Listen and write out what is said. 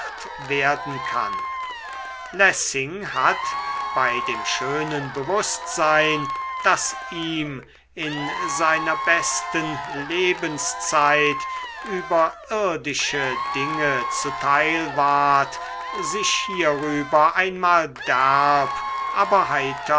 werden kann lessing hat bei dem schönen bewußtsein das ihm in seiner besten lebenszeit über irdische dinge zuteil ward sich hierüber einmal derb aber heiter